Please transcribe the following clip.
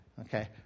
Okay